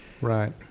Right